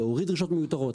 להוריד דרישות מיותרות,